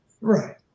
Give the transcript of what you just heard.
Right